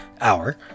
hour